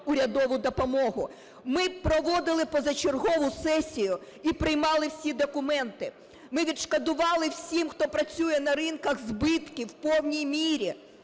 урядову допомогу. Ми проводили позачергову сесію і приймали всі документи. Ми відшкодували всім, хто працює на ринках, збитки в повній мірі.